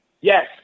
Yes